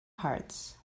hearts